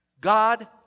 God